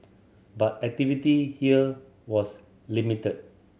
but activity here was limited